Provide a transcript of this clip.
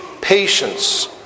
patience